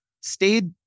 stayed